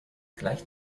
gleich